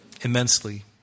immensely